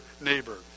neighbor